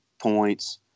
points